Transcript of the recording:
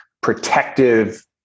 protective